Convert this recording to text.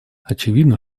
очевидно